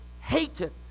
hated